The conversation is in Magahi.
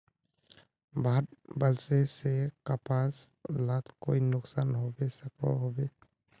बाढ़ वस्ले से कपास लात कोई नुकसान होबे सकोहो होबे?